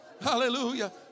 hallelujah